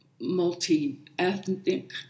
multi-ethnic